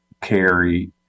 carry